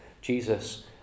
Jesus